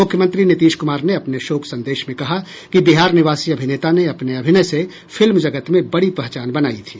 मुख्यमंत्री नीतीश कुमार ने अपने शोक संदेश में कहा कि बिहार निवासी अभिनेता ने अपने अभिनय से फिल्म जगत में बड़ी पहचान बनायी थी